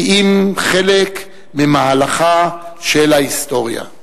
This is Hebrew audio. כי אם חלק ממהלכה של ההיסטוריה.